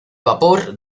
vapor